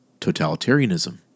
totalitarianism